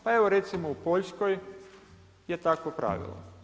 Pa evo recimo u Poljskoj je takvo pravilo.